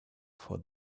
for